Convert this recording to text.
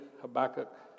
Habakkuk